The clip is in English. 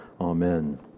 Amen